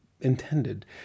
intended